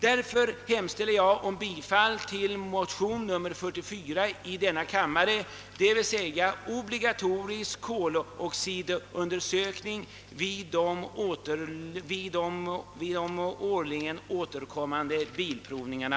Jag hemställer därför om bifall till motion nr 44 i denna kammare, d.v.s. obligatorisk koloxidundersökning vid de regelbundet återkommande bilprovningarna.